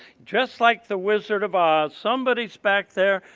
just like the wizard of oz, somebody's back there,